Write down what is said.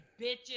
bitches